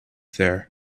there